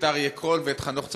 את אריה קול ואת חנוך צמיר.